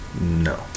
no